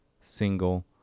single